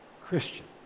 Christian